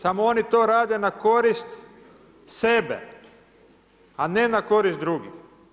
Samo oni to rade na korist sebe, a ne na korist drugih.